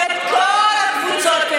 ואת כל הקבוצות.